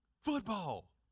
Football